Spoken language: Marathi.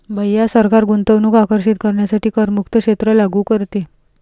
भैया सरकार गुंतवणूक आकर्षित करण्यासाठी करमुक्त क्षेत्र लागू करते